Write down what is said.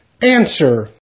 Answer